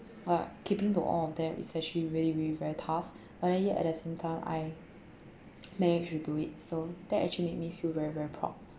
but keeping to all of them is actually really really very tough but then yet at the same time I managed to do it so that actually made me feel very very proud